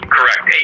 Correct